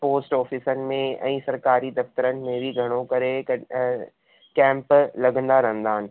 post ऑफ़िसनि में ऐं सरकारी दफ़्तरनि में बि घणो करे क कैंप लॻंदा रहंदा आहिनि